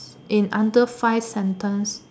in under five sentence